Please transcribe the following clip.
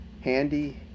Handy